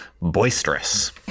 boisterous